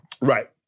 Right